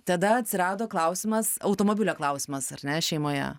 tada atsirado klausimas automobilio klausimas ar ne šeimoje